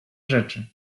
rzeczy